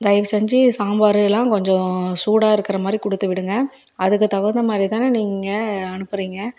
தயவு செஞ்சு சாம்பார் இதெலாம் கொஞ்சம் சூடாக இருக்கிற மாதிரி கொடுத்து விடுங்க அதுக்கு தகுந்த மாதிரி தானே நீங்கள் அனுப்புறீங்க